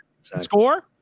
score